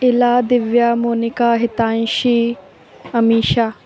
इला दिव्या मोनिका हितैंषी अमीशा